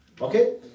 okay